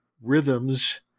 rhythms